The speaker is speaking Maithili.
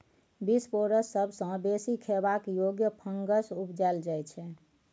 बिसपोरस सबसँ बेसी खेबाक योग्य फंगस उपजाएल जाइ छै